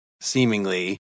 seemingly